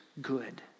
good